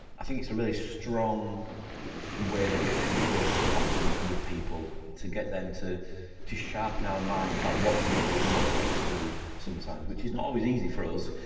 i think it's a really strong way that we can work collaboratively with people. to get them to to sharpen our mind about what to include and what to exclude sometimes which is not always easy for us,